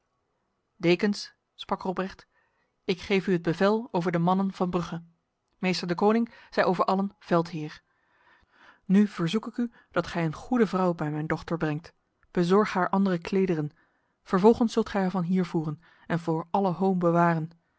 dekens sprak robrecht ik geef u het bevel over de mannen van brugge meester deconinck zij over allen veldheer nu verzoek ik u dat gij een goede vrouw bij mijn dochter brengt bezorgt haar andere klederen vervolgens zult gij haar van hier vervoeren en voor alle hoon bewaren